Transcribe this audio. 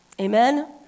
Amen